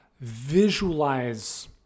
visualize